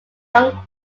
young